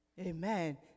Amen